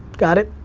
got it?